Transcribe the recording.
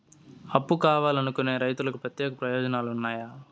అప్పు కావాలనుకునే రైతులకు ప్రత్యేక ప్రయోజనాలు ఉన్నాయా?